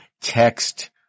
text